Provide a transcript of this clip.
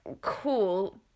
cool